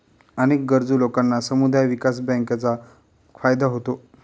अनेक गरजू लोकांना समुदाय विकास बँकांचा फायदा होतो